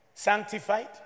sanctified